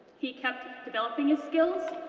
he kept developing his skills,